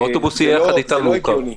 זה לא הגיוני.